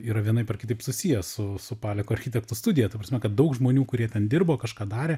yra vienaip ar kitaip susiję su su paleko architektų studija ta prasme kad daug žmonių kurie ten dirbo kažką darė